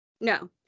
No